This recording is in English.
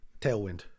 tailwind